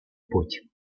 путь